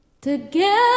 Together